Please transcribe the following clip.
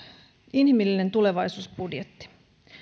inhimillinen tulevaisuusbudjetti